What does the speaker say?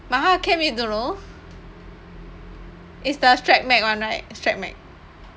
Maha chem you don't know it's the strat mag [one] right strat mag